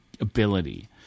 ability